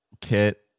Kit